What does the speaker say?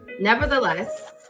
Nevertheless